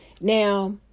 Now